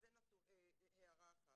זו הערה אחת.